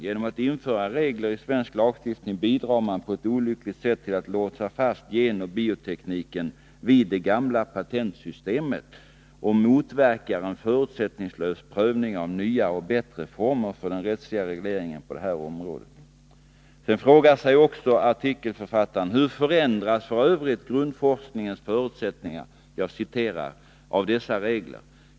Genom att införa reglerna i svensk lagstiftning bidrar man på ett olyckligt sätt till att låsa fast genoch biotekniken vid det gamla patentsystemet och motverkar en förutsättningslös prövning av nya och bättre former för den rättsliga regleringen på detta område.” Sedan ställer artikelförfattaren följande frågor: ”Hur förändras för övrigt grundforskningens förutsättningar av dessa regler?